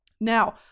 Now